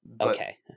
Okay